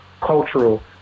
cultural